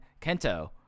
Kento